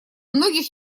многих